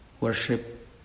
worship